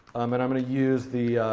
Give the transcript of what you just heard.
um and i'm going to use the,